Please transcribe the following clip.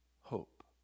hope